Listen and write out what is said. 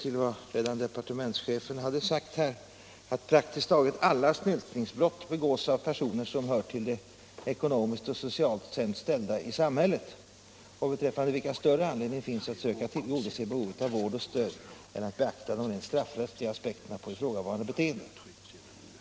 till vad redan departementschefen hade sagt här — att ”praktiskt taget alla snyltningsbrott begås av personer som hör till de ekonomiskt och socialt sämst ställda i samhället och beträffande vilka större anledning finns att söka tillgodose behovet av vård och stöd än att beakta de rent straffrättsliga aspekterna på ifrågavarande beteenden.